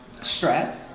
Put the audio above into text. stress